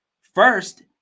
First